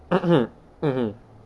mm mm